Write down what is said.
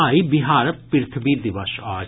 आइ बिहार पृथ्वी दिवस अछि